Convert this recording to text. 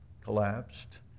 collapsed